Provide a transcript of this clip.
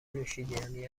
نوشیدنی